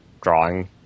drawing